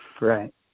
Right